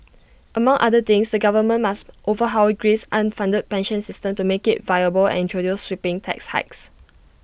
among other things the government must overhaul Greece's underfunded pension system to make IT viable and introduce sweeping tax hikes